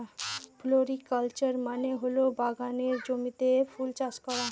floriculture মানে হল বাগানের জমিতে ফুল চাষ করা